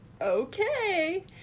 Okay